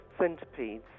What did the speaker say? centipedes